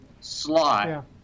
slot